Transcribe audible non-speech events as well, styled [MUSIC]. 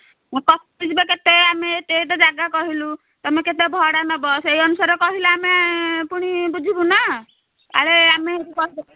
ମୁଁ କହିଲି ବା ଆମେ କେତେ ଏତେ ଏତେ ଜାଗା କହିଲୁ ତୁମେ କେତେ ଭଡ଼ା ନେବ ସେହି ଅନୁସାରେ କହିଲେ ଆମେ ପୁଣି ବୁଝିବୁନା ଆରେ ଆମେ [UNINTELLIGIBLE]